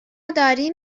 داریم